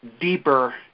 deeper